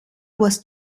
was